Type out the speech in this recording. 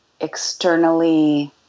externally